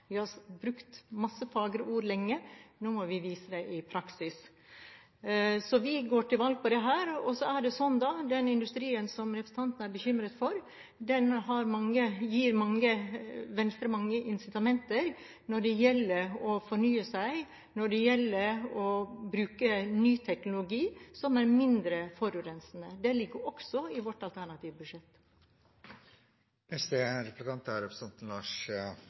Vi har brukt mange fagre ord lenge, nå må vi vise det i praksis. Vi går til valg på dette. Så er det slik at den industrien som representanten er bekymret for, gir Venstre mange incitamenter når det gjelder å fornye seg, og når det gjelder å bruke ny teknologi som er mindre forurensende. Det ligger også i vårt alternative budsjett. I innlegget mitt pekte jeg på motsetninga mellom veiutbygging og kollektivsatsing i byområdene. Det er